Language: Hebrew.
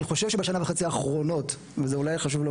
ואני חושב שבשנה וחצי האחרונות,